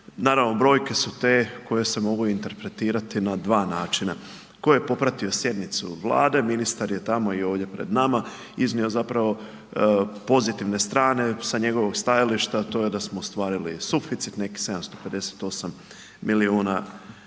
naravno brojke su te koje se mogu interpretirati na dva načina. Tko je popratio sjednicu Vlade, ministar je tamo i ovdje pred nama iznio zapravo pozitivne strane, sa njegovog stajališta to je da smo ostvarili suficit nekih 758 milijuna kuna